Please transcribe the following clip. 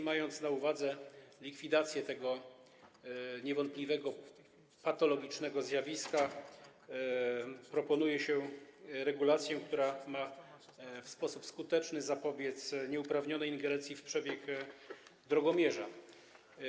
Mając na uwadze likwidację tego niewątpliwie patologicznego zjawiska, proponuje się regulację, która ma w sposób skuteczny zapobiec nieuprawnionej ingerencji w przebieg drogomierza.